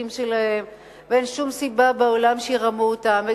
שלהם ואין שום סיבה בעולם שירמו אותם.